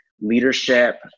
leadership